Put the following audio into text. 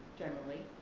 generally,